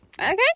Okay